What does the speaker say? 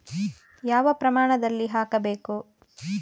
ಯಾವ ಪ್ರಮಾಣದಲ್ಲಿ ಹಾಕಬೇಕು?